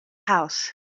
house